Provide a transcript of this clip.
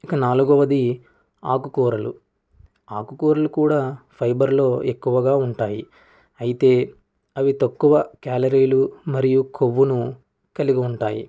ఇక నాలుగవది ఆకుకూరలు ఆకుకూరలు కూడా ఫైబర్ లో ఎక్కువగా ఉంటాయి అయితే అవి తక్కువ క్యాలరీలు మరియు కొవ్వును కలిగి ఉంటాయి